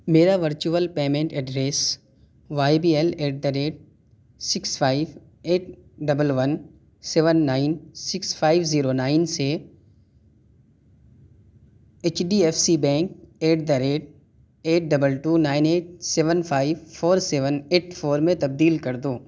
میرا virtual payment address Y B L at the rate six five eight double one seven nine six five zero nine سے H D F C bank at the rate eight double two nine eight seven five four seven eight four میں تبدیل کر دو